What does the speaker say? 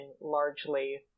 largely